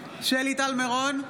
שלי טל מירון,